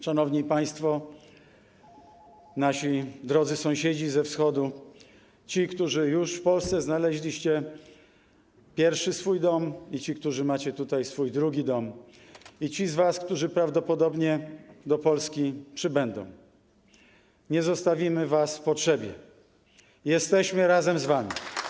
Szanowni państwo, nasi drodzy sąsiedzi ze wschodu, ci, którzy już w Polsce znaleźliście swój pierwszy dom, i ci, którzy macie tutaj swój drugi dom, i ci z was, którzy prawdopodobnie do Polski przybędziecie, nie zostawimy was w potrzebie, jesteśmy razem z wami.